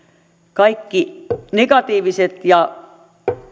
kaikki negatiiviset ja